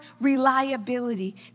reliability